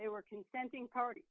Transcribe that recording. they were consenting party